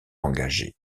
engagée